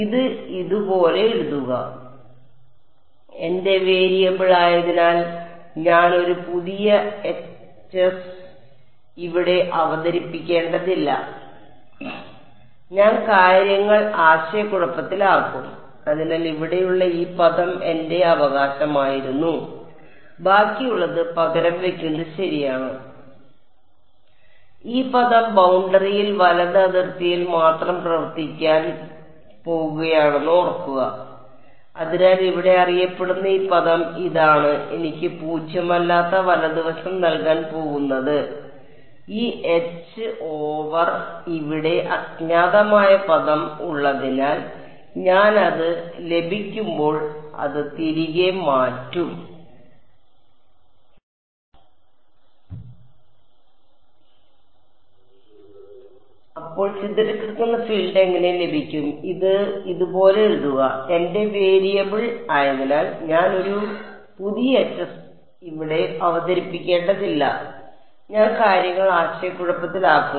ഇത് ഇതുപോലെ എഴുതുക എന്റെ വേരിയബിൾ ആയതിനാൽ ഞാൻ ഒരു പുതിയ Hs ഇവിടെ അവതരിപ്പിക്കേണ്ടതില്ല ഞാൻ കാര്യങ്ങൾ ആശയക്കുഴപ്പത്തിലാക്കും